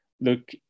look